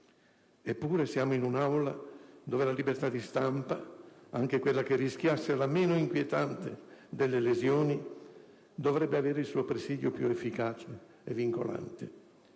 Eppure siamo in un'Aula dove la libertà di stampa, anche quella che rischiasse la meno inquietante delle lesioni, dovrebbe avere il suo presidio più efficace e vincolante.